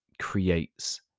creates